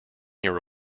year